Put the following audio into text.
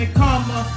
karma